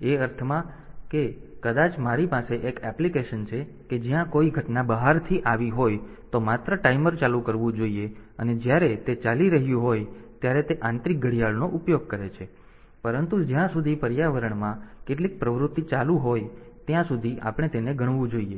એ અર્થમાં કે કદાચ મારી પાસે એક એપ્લિકેશન છે કે જ્યાં જો કોઈ ઘટના બહારથી આવી હોય તો માત્ર ટાઈમર ચાલુ કરવું જોઈએ અને જ્યારે તે ચાલી રહ્યું હોય ત્યારે તે આંતરિક ઘડિયાળનો ઉપયોગ કરે છે પરંતુ જ્યાં સુધી પર્યાવરણમાં કેટલીક પ્રવૃત્તિ ચાલુ હોય ત્યાં સુધી આપણે તેને ગણવું જોઈએ